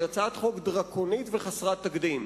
שהיא הצעת חוק דרקונית וחסרת תקדים,